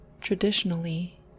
Traditionally